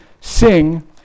sing